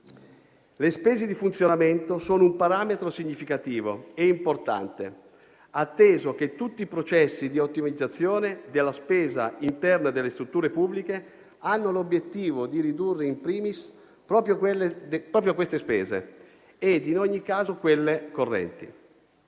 Le spese di funzionamento sono un parametro significativo e importante, atteso che tutti i processi di ottimizzazione della spesa interna delle strutture pubbliche hanno l'obiettivo di ridurre *in primis* proprio queste spese ed in ogni caso quelle correnti.